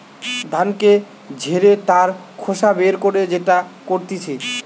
ধানকে ঝেড়ে তার খোসা বের করে যেটা করতিছে